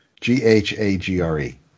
G-H-A-G-R-E